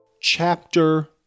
Chapter